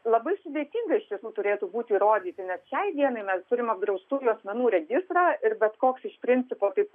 labai sudėtinga iš tiesų turėtų būt įrodyti nes šiai dienai mes turim apdraustųjų asmenų registrą ir bet koks iš principo taip